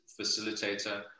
facilitator